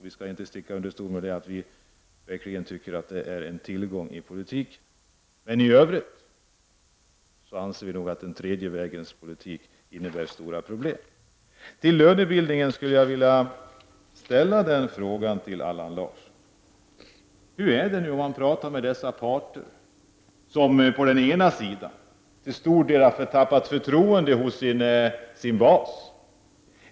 Vi skall inte sticka under stol med att vi tycker att det verkligen är en tillgång i politiken. Men i övrigt anser vi att den tredje vägens politik innebär stora problem. Om lönebildningen skulle jag vilja ställa en fråga till Allan Larsson: Hur går det att föra samtal med olika parter då den ena parten till stor del har tappat förtroende för sin bas?